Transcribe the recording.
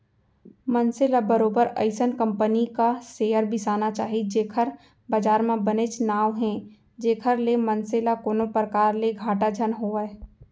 मनसे ल बरोबर अइसन कंपनी क सेयर बिसाना चाही जेखर बजार म बनेच नांव हे जेखर ले मनसे ल कोनो परकार ले घाटा झन होवय